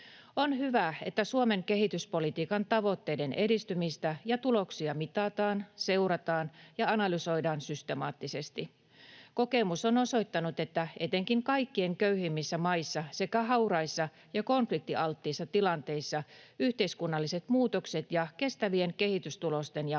On hyvä, että Suomen kehityspolitiikan tavoitteiden edistymistä ja tuloksia mitataan, seurataan ja analysoidaan systemaattisesti. Kokemus on osoittanut, että etenkin kaikkein köyhimmissä maissa sekä hauraissa ja konfliktialttiissa tilanteissa yhteiskunnalliset muutokset ja kestävien kehitystulosten ja